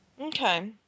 Okay